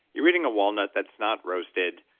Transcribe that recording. you're reading a walnut that's not roasted,